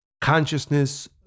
consciousness